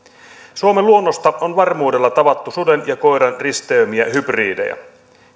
suomen luonnosta on varmuudella tavattu suden ja koiran risteymiä hybridejä